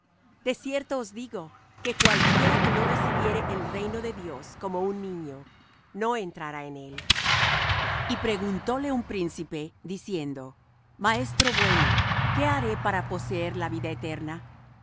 cierto os digo que cualquiera que no recibiere el reino de dios como un niño no entrará en él y preguntóle un príncipe diciendo maestro bueno qué haré para poseer la vida eterna